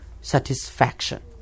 satisfaction